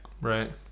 Right